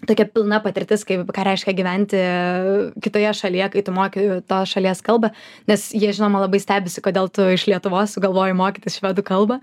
tokia pilna patirtis kaip ką reiškia gyventi kitoje šalyje kai tu moki tos šalies kalbą nes jie žinoma labai stebisi kodėl tu iš lietuvos sugalvojai mokytis švedų kalbą